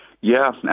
Yes